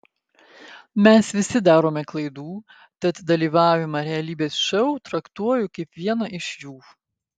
mes visi darome klaidų tad dalyvavimą realybės šou traktuoju kaip vieną iš jų